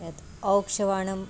यत् औक्षवाणम्